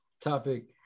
topic